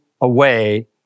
away